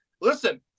listen